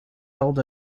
held